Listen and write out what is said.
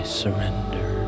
surrender